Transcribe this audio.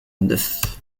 neuf